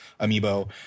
Amiibo